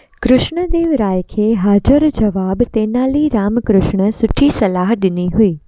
कृष्णदेवराय खे हाज़रु जवाबु तेनाली रामकृष्ण सुठी सलाहु ॾिनी हुई